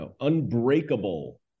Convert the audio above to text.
unbreakable